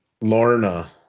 lorna